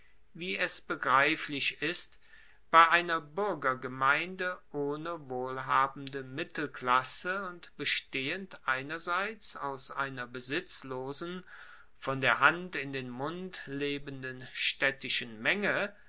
wie es begreiflich ist bei einer buergergemeinde ohne wohlhabende mittelklasse und bestehend einerseits aus einer besitzlosen von der hand in den mund lebenden staedtischen menge